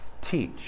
teach